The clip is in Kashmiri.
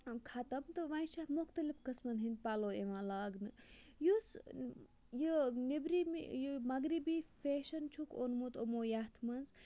ختٕم تہٕ وۄنۍ چھِ مُختلِف قٕسمَن ہِنٛدۍ پَلَو یِوان لاگنہٕ یُس یہِ نیٚبرِم یہِ مَغرِبی فیشَن چھُکھ اوٚنمُت یِمو یتھ مَنٛز